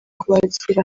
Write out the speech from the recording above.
kubakira